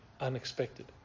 unexpected